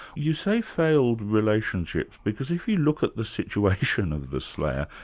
you say failed relationships, because if you look at the situation of the slayer,